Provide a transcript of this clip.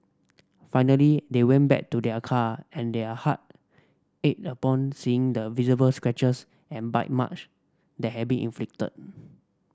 finally they went back to their car and their heart ached upon seeing the visible scratches and bite marks that had been inflicted